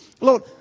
Lord